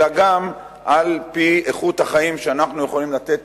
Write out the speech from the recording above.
אלא גם על-פי איכות החיים שאנחנו יכולים לתת